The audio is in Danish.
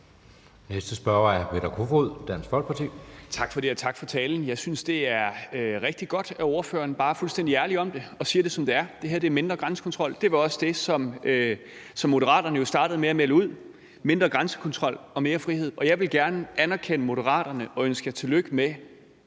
Kl. 15:20 Peter Kofod (DF): Tak for det. Og tak for talen. Jeg synes, det er rigtig godt, at ordføreren bare er fuldstændig ærlig om det og siger det, som det er, nemlig at det her er mindre grænsekontrol. Det var også det, som Moderaterne jo startede med at melde ud: Mindre grænsekontrol og mere frihed. Jeg vil gerne anerkende Moderaterne og ønske jer tillykke med,